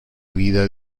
vida